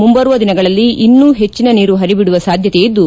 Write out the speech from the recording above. ಮುಂಬರುವ ದಿನಗಳಲ್ಲಿ ಇನ್ನೂ ಹೆಚ್ಚನ ನೀರು ಪಂಬಿಡುವ ಸಾಧ್ಯತೆಯಿದ್ದು